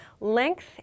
length